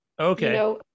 Okay